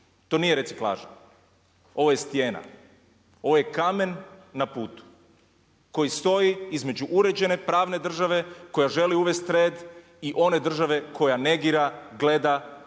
To nije reciklaža, ovo je stijena, ovo je kamen na putu koji stoji između uređene pravne države koja želi uvesti red i one države koja negira, gleda